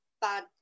bad